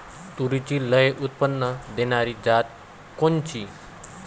तूरीची लई उत्पन्न देणारी जात कोनची?